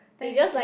there you see